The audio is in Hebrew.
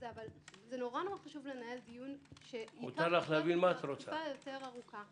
אך נורא חשוב לנהל דיון תקופה יותר ארוכה.